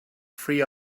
free